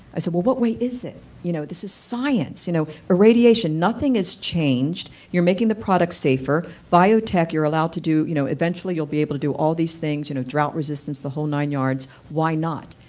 i said what what way is it you know this is science. you know irradiation nothing is changed, you are making the product safer bio-tech you are allowed to do you know eventually you'll be able to do all these things, you know drought resistance the whole nine yards, why not?